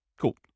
Cool